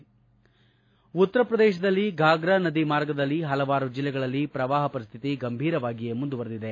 ಪರಶಿವಮೂರ್ತಿ ಉತ್ತರ ಪ್ರದೇಶದಲ್ಲಿ ಫಾಗ್ರಾ ನದಿ ಮಾರ್ಗದಲ್ಲಿ ಹಲವಾರು ಜಿಲ್ಲೆಗಳಲ್ಲಿ ಪ್ರವಾಹ ಪರಿಸ್ಟಿತಿ ಗಂಭೀರವಾಗಿಯೇ ಮುಂದುವರಿದಿದೆ